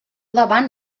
davant